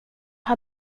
har